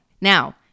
Now